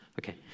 Okay